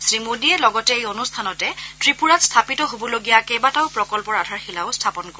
শ্ৰী মোদীয়ে লগতে এই অনুষ্ঠানতে ত্ৰিপুৰাত স্থাপিত হবলগীয়া কেইবাটাও প্ৰকল্পৰ আধাৰশিলাও স্থাপন কৰিব